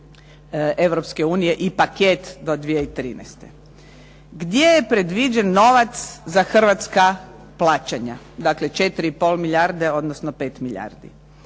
Europske unije i paket do 2013. Gdje je predviđen novac za Hrvatska plaćanja, dakle 4,5 milijarde odnosno 5 milijardi,